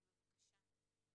אז בבקשה.